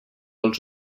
els